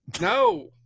no